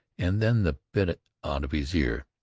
and then the bit out of his ear,